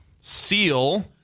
Seal